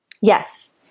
Yes